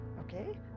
Okay